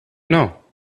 know